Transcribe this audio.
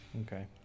Okay